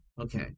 Okay